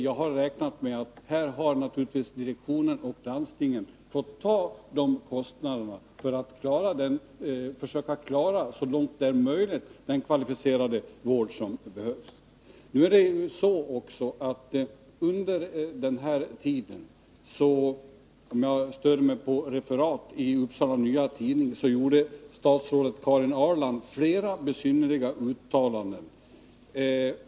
Jag har räknat med att direktionen och landstingen har fått ta kostnaderna för att så långt möjligt försöka klara den kvalificerade vård det är fråga om. Under denna tid — jag stöder mig på ett referat i Uppsala Nya Tidning — gjorde statsrådet Karin Ahrland flera besynnerliga uttalanden.